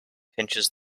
pinches